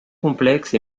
complexe